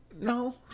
No